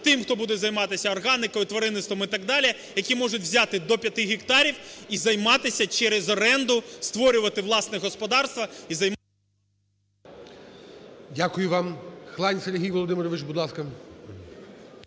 тим, хто буде займатися органікою, тваринництвом і так далі, які можуть взяти до 5 гектарів і займатися через оренду, створювати власне господарство і… ГОЛОВУЮЧИЙ. Дякую вам. Хлань Сергій Володимирович, будь ласка.